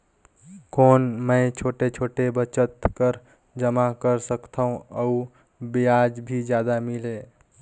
कौन मै छोटे छोटे बचत कर जमा कर सकथव अउ ब्याज भी जादा मिले?